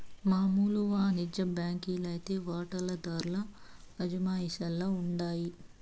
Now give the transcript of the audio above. మామూలు వానిజ్య బాంకీ లైతే వాటాదార్ల అజమాయిషీల ఉండాయి